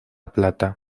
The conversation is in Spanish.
plata